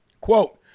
Quote